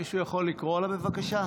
מישהו יכול לקרוא לה, בבקשה?